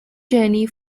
journey